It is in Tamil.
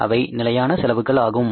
அவை நிலையான செலவுகள் ஆகும்